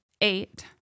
eight